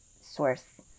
source